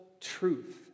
truth